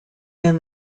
than